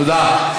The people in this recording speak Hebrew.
תודה.